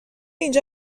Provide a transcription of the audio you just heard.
اینجا